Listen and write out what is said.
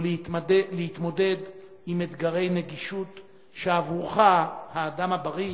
או להתמודד עם אתגרי נגישות שעבורך, האדם הבריא,